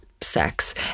sex